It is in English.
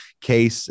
case